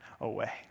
away